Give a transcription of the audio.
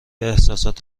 احساسات